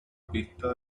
pista